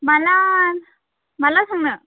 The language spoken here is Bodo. माब्ला माब्ला थांनो